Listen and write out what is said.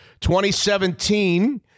2017